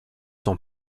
s’en